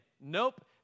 Nope